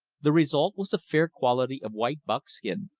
the result was a fair quality of white buckskin,